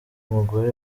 mugore